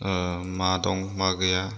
मा दं मा गैया